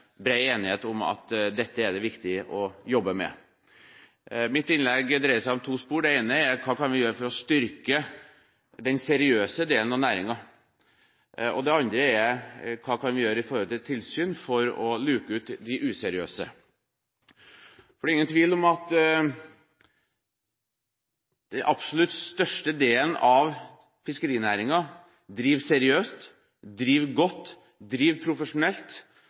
viktig å jobbe med. Mitt innlegg dreier seg om to spor. Det ene er: Hva kan vi gjøre for å styrke den seriøse delen av næringen? Det andre er: Hva kan vi gjøre med tanke på tilsyn for å luke ut de useriøse? Det er ingen tvil om at den absolutt største delen av fiskerinæringen driver seriøst, driver godt, driver profesjonelt